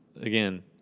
again